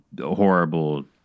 horrible